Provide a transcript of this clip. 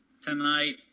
tonight